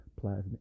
plasma